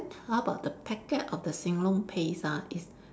how about the packet of the sing long paste ah is